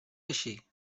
així